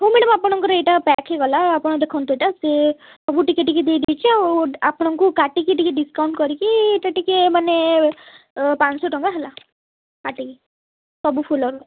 ହଁ ମ୍ୟାଡ଼ମ୍ ଆପଣଙ୍କର ଏଇଟା ପ୍ୟାକ୍ ହେଇଗଲା ଆପଣ ଦେଖନ୍ତୁ ତ ସେ ସବୁ ଚିକେ ଟିକେ ଦେଇ ଦେଇଛି ଆଉ ଆପଣଙ୍କୁ କାଟିକି ଟିକେ ଡିସକାଉଣ୍ଟ୍ କରିକି ଏଇଟା ଟିକେ ମାନେ ପାଞ୍ଚଶହ ଟଙ୍କା ହେଲା କାଟିକି ସବୁ ଫୁଲରୁ